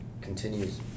continues